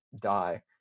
die